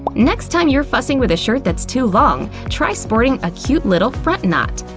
but next time you're fussing with a shirt that's too long, try sporting a cute little front knot.